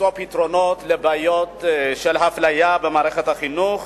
מציאת פתרונות לבעיות של הפליה במערכת החינוך,